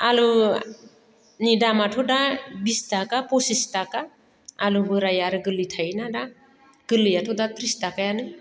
आलुनि दामाथ'दा बिस थाखा फसिस थाखा आलु बोराय आरो गोरलै थायो ना दा गोरलैयाथ' दा थ्रिस थाखायानो